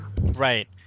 right